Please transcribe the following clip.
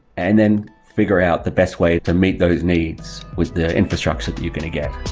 and then figure out the best way to meet those needs with the infrastructure that you're going to get